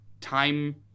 time